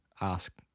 ask